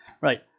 Right